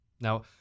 Now